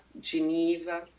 geneva